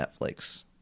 Netflix